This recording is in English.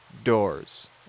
doors